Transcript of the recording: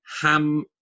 ham